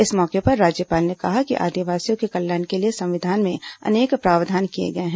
इस मौके पर राज्यपाल ने कहा कि आदिवासियों के कल्याण के लिए संविधान में अनेक प्रावधान किए गए हैं